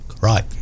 right